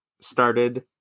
started